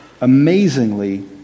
amazingly